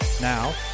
Now